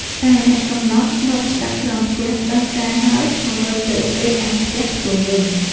ឯអ្នកកម្លោះលបស្តាប់ក្រោមផ្ទះដឹងការហើយ ក៏វិលទៅដេកឯផ្ទះខ្លួនវិញ។